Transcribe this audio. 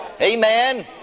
amen